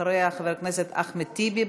אחריה, חבר הכנסת אחמד טיבי.